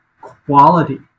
quality